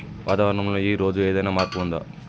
వాతావరణం లో ఈ రోజు ఏదైనా మార్పు ఉందా?